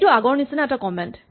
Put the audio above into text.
এইটো আগৰ নিচিনা এটা কমেন্ট